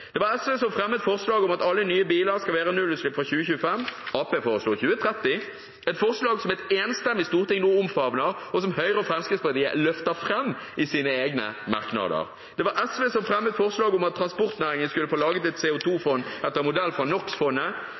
Det var SV som fremmet forslag om at alle nye biler skal være nullutslippsbiler fra 2025 – Arbeiderpartiet foreslo 2030 – et forslag som et enstemmig storting nå omfavner, og som Høyre og Fremskrittspartiet løfter fram i sine egne merknader. Det var SV som fremmet forslag om at transportnæringen skulle få laget et CO 2 -fond etter modell fra